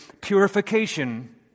purification